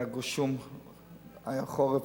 היה גשום, היה חורף.